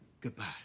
goodbye